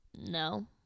no